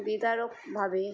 বিদারকভাবে